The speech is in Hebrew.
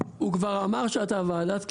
--- במאמר הקודם הוא כבר אמר שאתה ועדת קישוט,